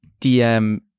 DM